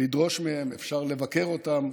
לדרוש מהם, אפשר לבקר אותם,